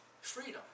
freedom